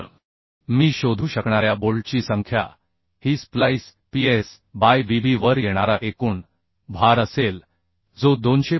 तर मी शोधू शकणाऱ्या बोल्टची संख्या ही स्प्लाइस Ps बाय Vb वर येणारा एकूण भार असेल जो 255